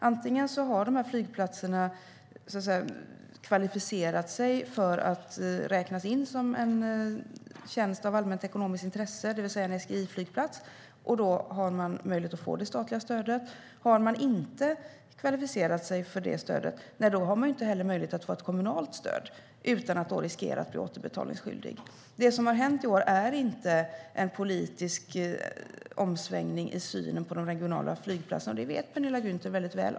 Antingen har de här flygplatserna kvalificerat sig för att räknas som en tjänst av allmänt ekonomiskt intresse, det vill säga en SGEI-flygplats, och då har man möjlighet att få det statliga stödet. Eller så har man inte kvalificerat sig för det stödet, och då har man inte möjlighet att få ett kommunalt stöd utan att riskera att bli återbetalningsskyldig. Det som har hänt i år är inte någon politisk omsvängning i synen på de regionala flygplatserna, och det vet Penilla Gunther väldigt väl.